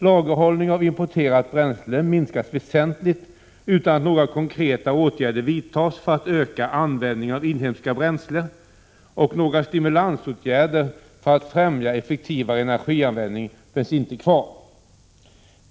Lagerhållningen av importerat bränsle minskas väsentligt utan att några konkreta åtgärder vidtas för att öka användningen av inhemska bränslen, och några stimulansåtgärder för att främja effektivare energianvändning finns inte kvar.